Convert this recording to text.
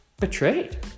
betrayed